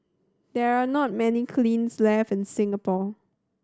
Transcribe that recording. there are not many kilns left in Singapore